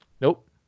Nope